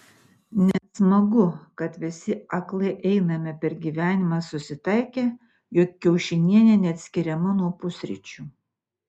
nesmagu kad visi aklai einame per gyvenimą susitaikę jog kiaušinienė neatskiriama nuo pusryčių